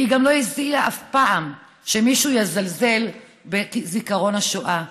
והיא גם לא הסכימה אף פעם שמישהו יזלזל בזיכרון השואה.